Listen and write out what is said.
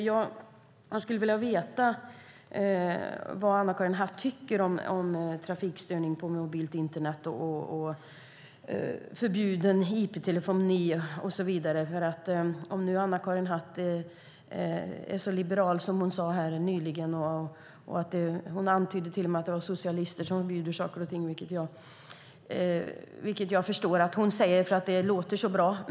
Jag skulle vilja veta vad Anna-Karin Hatt tycker om trafikstörning på mobilt internet, förbjuden IP-telefoni och så vidare, om nu Anna-Karin Hatt är så liberal som hon sade. Hon antydde till och med att det är socialister som förbjuder saker och ting, vilket jag förstår att hon säger för att det låter så bra.